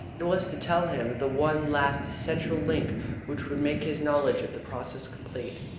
it was to tell him the one last essential link which would make his knowledge of the process complete.